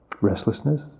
restlessness